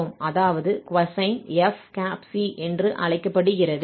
அதாவது cosine fc என்று அழைக்கப்படுகிறது